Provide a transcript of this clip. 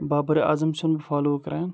بابر اعظم چھُسَن بہٕ فالو کران